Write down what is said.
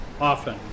often